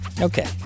Okay